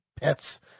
pets